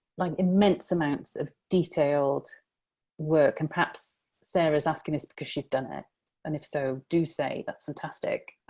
like, immense amounts of detailed work, and perhaps sarah's asking us because she's done it and if so, do say that's fantastic